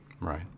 Right